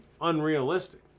unrealistic